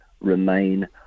remain